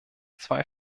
zwei